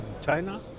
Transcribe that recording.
China